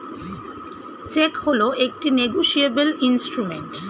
check হল একটি negotiable instrument